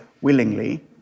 willingly